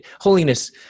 holiness